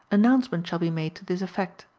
announcement shall be made to this effect,